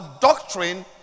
doctrine